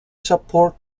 support